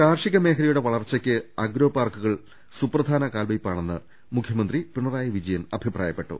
കാർഷിക മേഖലയുടെ വളർച്ചയ്ക്ക് അഗ്രോപാർക്കുകൾ സുപ്രധാന കാൽവയ്പ്പാണെന്ന് മുഖ്യമന്ത്രി പിണറായി വിജയൻ അഭിപ്രായപ്പെട്ടു